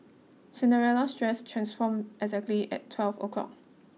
Cinderella's dress transformed exactly at twelve o'clock